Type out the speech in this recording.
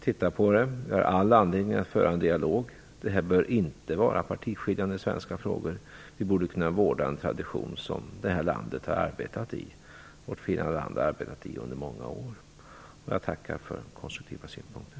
Vi har all anledning att föra en dialog. Det här bör inte vara partiskiljande frågor i Sverige. Vi borde kunna vårda en tradition som vårt fina land har arbetat i under många år. Jag tackar för konstruktiva synpunkter.